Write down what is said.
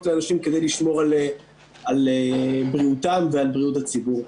לאנשים כדי לשמור על בריאותם ועל הבריאות הציבור.